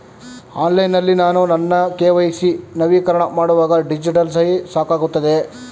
Online ನಲ್ಲಿ ನಾನು ನನ್ನ ಕೆ.ವೈ.ಸಿ ನವೀಕರಣ ಮಾಡುವಾಗ ಡಿಜಿಟಲ್ ಸಹಿ ಸಾಕಾಗುತ್ತದೆಯೇ?